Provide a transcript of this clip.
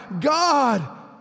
God